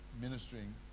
ministering